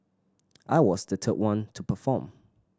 I was the third one to perform